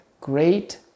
great